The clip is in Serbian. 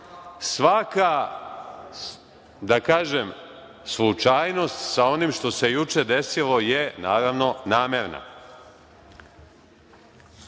Svaka, da kažem, slučajnost sa onim što se juče desilo je, naravno, namerna. Tačka